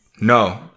No